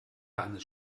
eines